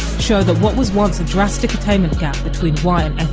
show that what was once a drastic attainment gap between white and